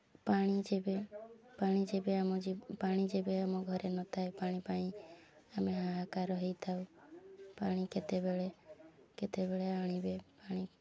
ପାଣି ଯେବେ ପାଣି ଯେବେ ଆମ ପାଣି ଯେବେ ଆମ ଘରେ ନଥାଏ ପାଣି ପାଇଁ ଆମେ ହାହାକାର ହୋଇଥାଉ ପାଣି କେତେବେଳେ କେତେବେଳେ ଆଣିବେ ପାଣି